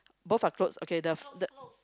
both are clothes okay the the